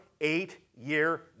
eight-year